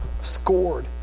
Scored